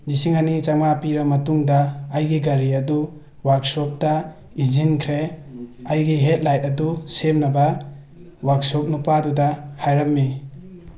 ꯂꯤꯁꯤꯡ ꯑꯅꯤ ꯆꯥꯝꯃꯉꯥ ꯄꯤꯔꯕ ꯃꯇꯨꯡꯗ ꯑꯩꯒꯤ ꯒꯥꯔꯤ ꯑꯗꯨ ꯋꯥꯔꯛꯁꯣꯞꯇ ꯏꯟꯁꯤꯟꯈ꯭ꯔꯦ ꯑꯩꯒꯤ ꯍꯦꯠ ꯂꯥꯏꯠ ꯑꯗꯨ ꯁꯦꯝꯅꯕ ꯋꯥꯔꯛꯁꯣꯞ ꯅꯨꯄꯥꯗꯨꯗ ꯍꯥꯏꯔꯝꯃꯤ